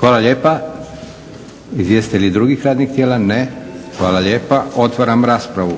Hvala lijepa. Izvjestitelji drugih radnih tijela? Ne. Hvala lijepa. Otvaram raspravu.